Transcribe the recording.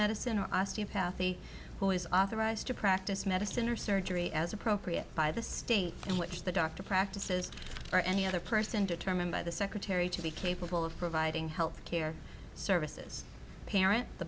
medicine or osteopathy who is authorized to practice medicine or surgery as appropriate by the state in which the doctor practices or any other person determined by the secretary to be capable of providing health care services parent the